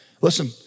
Listen